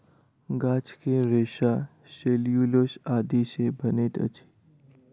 गाछ के रेशा सेल्यूलोस आदि सॅ बनैत अछि